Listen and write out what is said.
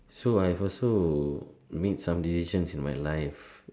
so I have also made some decisions in my life